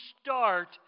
start